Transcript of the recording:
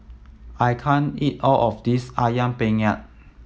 I can't eat all of this Ayam Penyet